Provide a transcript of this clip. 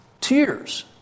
Tears